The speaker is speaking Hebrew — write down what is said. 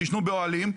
שיישנו באוהלים,